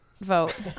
vote